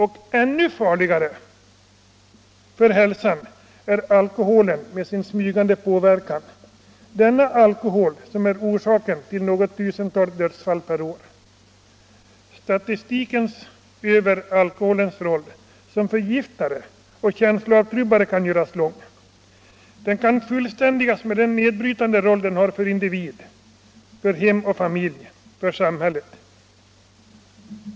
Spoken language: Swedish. Och ännu farligare för hälsan är alkoholen med sin smygande påverkan, denna alkohol som är orsaken till några tusental dödsfall per år. Listan över alkoholens roll som förgiftare och känsloavtrubbare kan göras lång. Den kan fullständigas med den nedbrytande roll alkoholen har för individ, hem och familj och för samhället.